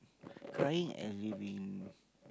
crying